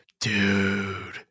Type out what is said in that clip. Dude